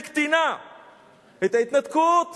את ההתנתקות הכשירו.